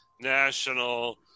national